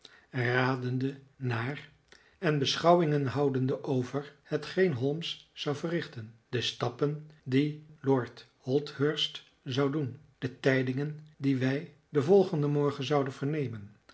radende naar en beschouwingen houdende over hetgeen holmes zou verrichten de stappen die lord holdhurst zou doen de tijdingen die wij den volgenden morgen zouden vernemen